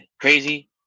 crazy